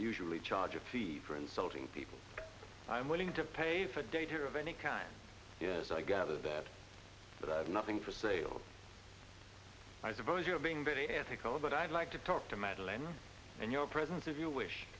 usually charge a fee for insulting people i'm willing to pay for data of any kind yes i gather that but i have nothing for sale i suppose you are being very ethical but i'd like to talk to madeleine and your presence if you wish